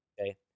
Okay